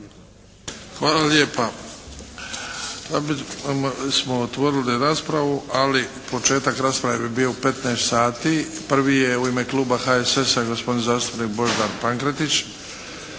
razumije./ … smo otvorili raspravu ali početak rasprave bi bio u 15,00 sati. Prvi je u ime kluba HSS-a, gospodin zastupnik Božidar Pankretić.